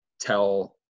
tell